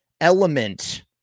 element